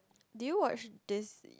do you watch this